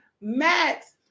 Max